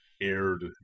aired